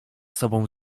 sobą